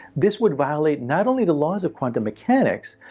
this would violate not only the laws of quantum mechanics,